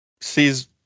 sees